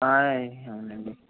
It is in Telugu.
ఆయ్ అవునండి